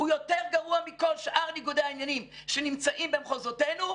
הוא יותר גרוע מכל שאר ניגודי העניינים שנמצאים במחוזותינו.